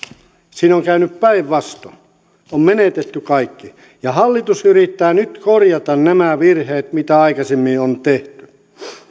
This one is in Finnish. siinä on on käynyt päinvastoin on menetetty kaikki ja hallitus yrittää nyt korjata nämä virheet mitä aikaisemmin on tehty